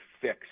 fix